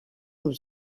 was